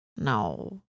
No